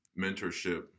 mentorship